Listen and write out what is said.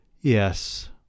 Yes